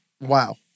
Wow